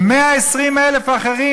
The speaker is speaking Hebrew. ו-120,000 אחרים,